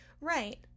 Right